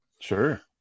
sure